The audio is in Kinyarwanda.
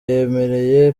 yemereye